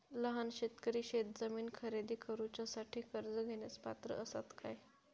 लहान शेतकरी शेतजमीन खरेदी करुच्यासाठी कर्ज घेण्यास पात्र असात काय?